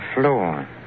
floor